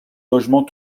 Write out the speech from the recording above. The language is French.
logement